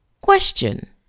Question